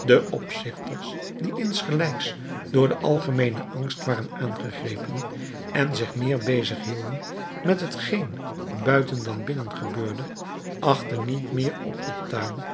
de opzichters die insgelijks door den algemeenen angst waren aangegrepen en zich meer bezighielden met hetgeen buiten dan binnen gebeurde achtten niet meer op den tuin